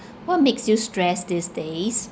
what makes you stressed these days